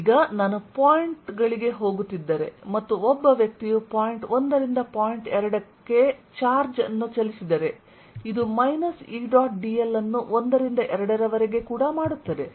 ಆದ್ದರಿಂದ ನಾನು ಪಾಯಿಂಟ್ ಗಳಿಗೆ ಹೋಗುತ್ತಿದ್ದರೆ ಮತ್ತು ಒಬ್ಬ ವ್ಯಕ್ತಿಯು ಪಾಯಿಂಟ್ 1 ರಿಂದ ಪಾಯಿಂಟ್ 2 ಗೆ ಚಾರ್ಜ್ ಅನ್ನು ಚಲಿಸಿದರೆ ಇದು ಮೈನಸ್ E ಡಾಟ್ dl ಅನ್ನು 1 ರಿಂದ 2 ರವರೆಗೆ ಕೂಡ ಮಾಡುತ್ತದೆ